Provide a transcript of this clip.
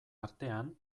artean